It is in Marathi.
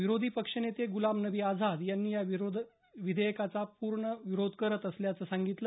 विरोधी पक्षनेते गुलाम नबी आझाद यांनी या विधेयकाचा पूर्ण विरोध करत असल्याचं सांगितलं